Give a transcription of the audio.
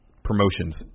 Promotions